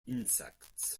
insects